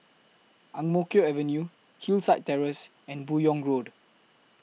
Ang Mo Kio Avenue Hillside Terrace and Buyong Road